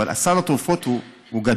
אבל סל התרופות הוא גדול,